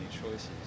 choices